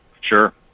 Sure